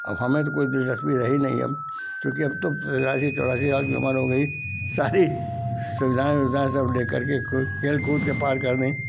अब हमें तो कोई दिलचस्पी रही नहीं अब क्योंकि अब तो तिरासी चौरासी साल की उम्र हो गई सारी सुविधाएं ऊविधाएं लेकर के खेलकूद के पार कर ले